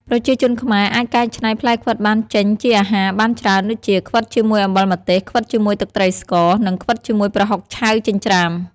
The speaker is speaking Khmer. ប្រជាជនខ្មែរអាចកែច្នៃផ្លែខ្វិតបានចេញជាអាហារបានច្រើន ដូចជា ខ្វិតជាមួយអំបិលម្ទេស ខ្វិតជាមួយទឹកត្រីស្ករ និងខ្វិតជាមួយប្រហុកឆៅចិញ្ច្រាំ ។